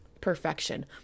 perfection